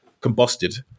combusted